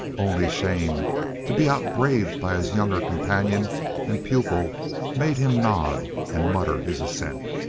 only shame to be outbraved by his younger companion and pupil made him nod and mutter his assent.